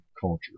culture